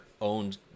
owned